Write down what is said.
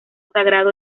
sagrado